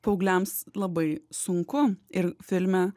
paaugliams labai sunku ir filme